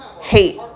hate